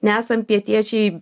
nesam pietiečiai